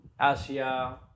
Asia